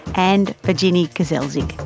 and virginie grzelczyk.